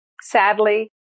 Sadly